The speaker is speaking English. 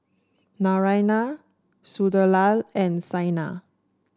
Naraina Sunderlal and Saina